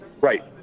right